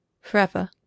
forever